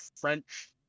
French